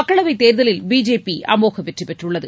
மக்களவை தேர்தலில் பிஜேபி அமோக வெற்றி பெற்றுள்ளது